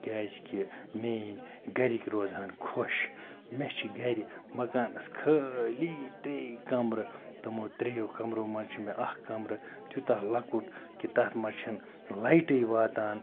کیٛازِکہِ میٛٲنۍ گھرِکۍ روزِ ہان خۄش مےٚ چھِ گھرِ مکانَس خٲلی ترٛیٚے کَمرٕ تِمو ترٛیٚیو کَمرو منٛز چھُ مےٚ اَکھ کَمرٕ تیوٗتاہ لۄکُٹ کہِ تَتھ منٛز چھَنہٕ لایٹٕے واتان